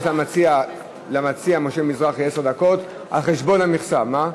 נעבור להצעת חוק-יסוד: הממשלה (תיקון,